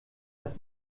dass